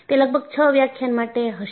તે લગભગ છ વ્યાખ્યાન માટે હશે